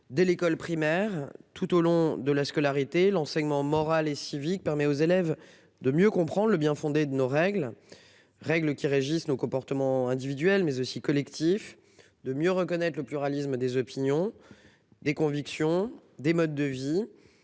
Dès l'école primaire tout au long de la scolarité, l'enseignement moral et civique permet aux élèves de mieux comprendre le bien-fondé de nos règles. Règles qui régissent nos comportements individuels mais aussi collectifs de mieux reconnaître le pluralisme des opinions. Des convictions, des modes de vie